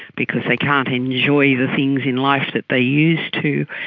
because they can't enjoy the things in life that they used to,